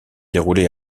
déroulé